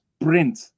print